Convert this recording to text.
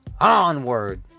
onward